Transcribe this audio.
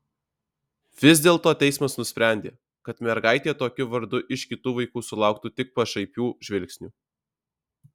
vis dėlto teismas nusprendė kad mergaitė tokiu vardu iš kitų vaikų sulauktų tik pašaipių žvilgsnių